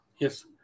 yes